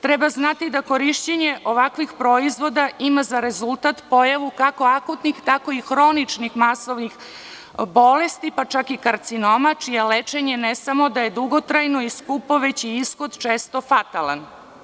Treba znati da korišćene ovakvih proizvoda ima za rezultat pojavu kako akutnih tako i hroničnih masovnih bolesti, pa čak i karcinoma čije lečenje ne samo da je dugotrajno i skupo, već je ishod često fatalan.